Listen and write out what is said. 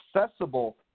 accessible